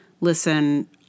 listen